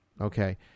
okay